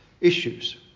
issues